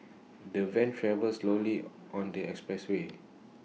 the van travelled slowly on the expressway